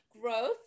Growth